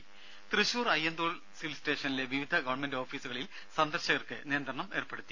രംഭ Thrissur Ayyanthole civil സ്റ്റേഷനിലെ വിവിധ government ഓഫീസുകളിൽ സന്ദർശകർക്ക് നിയന്ത്രണം ഏർപ്പെടുത്തി